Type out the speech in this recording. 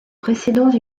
précédents